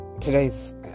today's